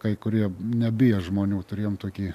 kai kurie nebijo žmonių turėjom tokį